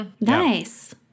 Nice